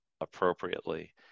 appropriately